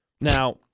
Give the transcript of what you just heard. Now